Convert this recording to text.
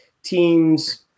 teams